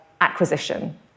acquisition